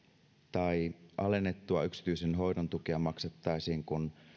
tai alennettua yksityisen hoidon tukea maksettaisiin kun